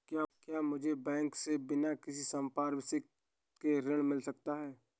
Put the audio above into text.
क्या मुझे बैंक से बिना किसी संपार्श्विक के ऋण मिल सकता है?